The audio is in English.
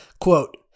quote